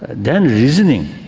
then reasoning,